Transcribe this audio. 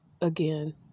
again